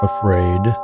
Afraid